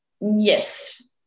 Yes